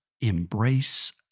embrace